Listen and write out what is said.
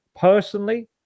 personally